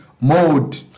mode